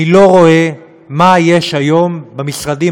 אני לא רואה מה יותר חשוב היום במשרדים